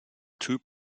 two